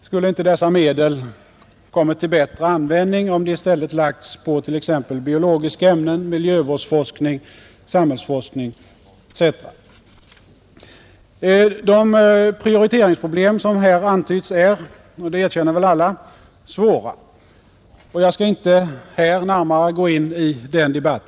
Skulle inte dessa medel kommit till bättre användning om de i stället lagts på t.ex. biologiska ämnen, miljövårdsforskning och samhällsforskning? De prioriteringsproblem som här antytts är — det erkänner väl alla — svåra. Jag skall inte här närmare gå in i den debatten.